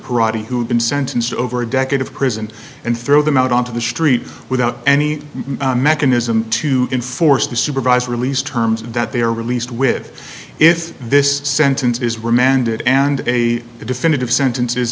parady who have been sentenced over a decade of prison and throw them out onto the streets without any mechanism to enforce the supervised release terms that they are released with if this sentence is remanded and a definitive sentence